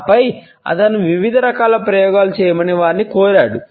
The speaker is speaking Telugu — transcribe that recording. ఆపై అతను వివిధ రకాల ప్రయోగాలు చేయమని వారిని కోరాడు